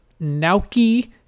Naoki